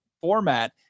format